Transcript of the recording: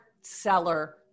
seller